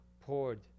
poured